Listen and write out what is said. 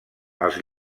els